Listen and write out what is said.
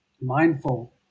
mindful